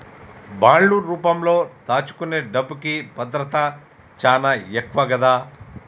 బాండ్లు రూపంలో దాచుకునే డబ్బుకి భద్రత చానా ఎక్కువ గదా